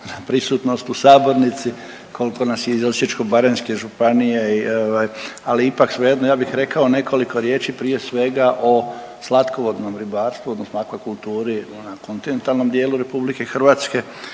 na prisutnost u sabornici koliko nas je iz Osječko-baranjske županije ovaj ali ipak svejedno ja bih rekao nekoliko riječi prije svega o slatkovodnom ribarstvu odnosno akvakulturi na kontinentalnom dijelu RH gdje se